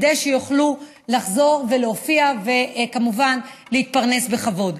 כדי שיוכלו לחזור ולהופיע וכמובן להתפרנס בכבוד.